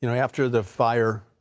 you know after the fire,